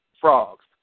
Frogs